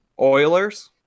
Oilers